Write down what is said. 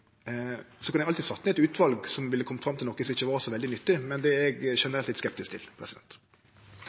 Eg kunne alltid ha sett ned eit utval som ville kome fram til noko som ikkje var så veldig nyttig, men det er eg generelt litt skeptisk til.